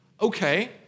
Okay